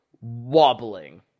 wobbling